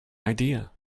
idea